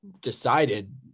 decided